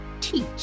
teach